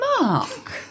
Mark